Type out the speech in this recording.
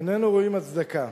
איננו רואים הצדקה.